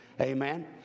Amen